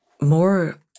more